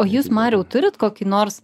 o jūs mariau turit kokį nors